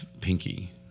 pinky